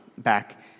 back